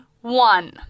one